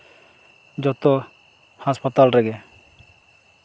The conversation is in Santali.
ᱡᱚᱛᱚ ᱦᱟᱥᱯᱟᱛᱟᱞ ᱨᱮᱜᱮ